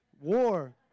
War